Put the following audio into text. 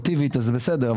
נורמטיבית אז זה בסדר,